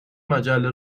مجله